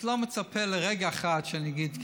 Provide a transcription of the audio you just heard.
את לא מצפה לרגע אחד שאני אגיד כן.